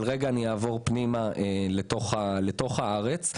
אני אעבור רגע פנימה לתוך הארץ.